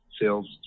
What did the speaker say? sales